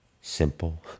simple